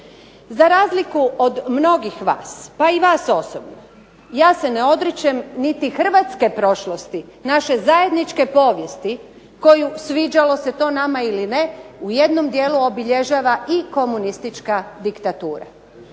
Za razliku od mnogih vas, pa i vas osobno, ja se ne odričem niti hrvatske prošlosti, naše zajedničke povijesti koju sviđalo se to nama ili ne u jednom dijelu obilježava i komunistička diktatura.